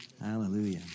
Hallelujah